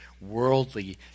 worldly